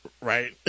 Right